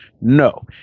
No